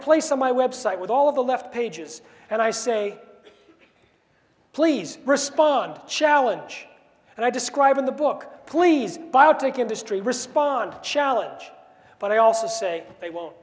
place on my website with all of the left pages and i say please respond challenge and i describe in the book please biotech industry respond to challenge but i also say they won't